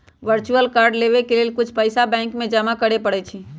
virtual card लेबेय के लेल कुछ पइसा बैंक में जमा करेके परै छै